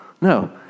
No